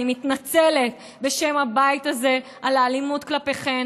אני מתנצלת בשם הבית הזה על האלימות כלפיכן.